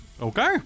Okay